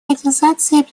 организации